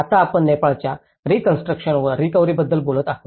आता आपण नेपाळच्या रीकॉन्स्ट्रुकशन व रिकव्हरीबद्दल बोलत आहोत